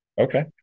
Okay